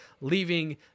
leaving